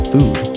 Food